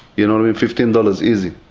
you know fifteen dollars easy.